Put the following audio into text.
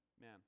man